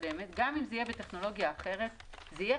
גם אם זה יהיה בטכנולוגיה אחרת זה יהיה